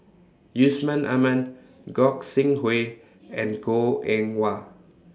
Yusman Aman Gog Sing Hooi and Goh Eng Wah